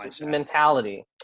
mentality